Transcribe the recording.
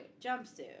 Jumpsuit